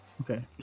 Okay